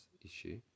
issue